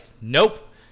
nope